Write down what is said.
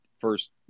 first